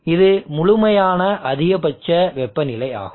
இது முழுமையான அதிகபட்ச வெப்பநிலை ஆகும்